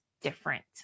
different